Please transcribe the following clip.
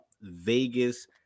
Vegas